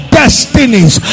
destinies